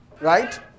Right